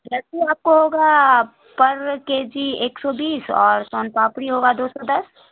لڈو آپ کو ہوگا پر کے جی ایک سو بیس اور سون پاپڑی ہوگا دو سو دس